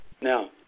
Now